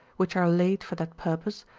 which are laid for that purpose,